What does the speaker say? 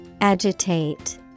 Agitate